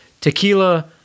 Tequila